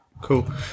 Cool